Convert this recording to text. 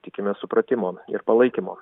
tikimės supratimo ir palaikymo